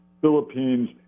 Philippines